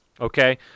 Okay